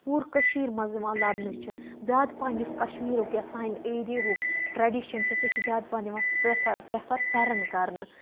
پوٗرٕ کٔشیٖر مَنٛز یِوان لَبنہٕ چھِ زیادٕ پَہَن یُس کَشمیٖرُک یا سانہِ ایریہُک ٹریٚڈِشَن چھُ سُہ چھُ زیادٕ پَہَن یِوان پرٛ پریٚفَر پھیٚرَن کَرنہٕ